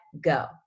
go